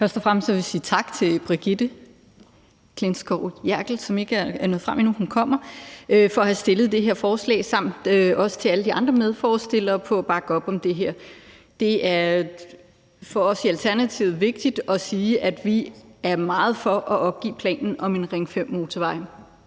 tak til Brigitte Klintskov Jerkel, som ikke er nået frem endnu, men hun kommer, for at have fremsat det her forslag og også tak til alle de andre medforslagsstillere for at bakke op om det her. Det er for os i Alternativet vigtigt at sige, at vi er meget for at opgive planen om en Ring 5-motorvej.